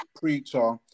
Preacher